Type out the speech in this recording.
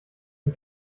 sie